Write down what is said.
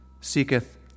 seeketh